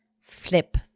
flip